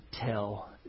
tell